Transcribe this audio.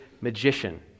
magician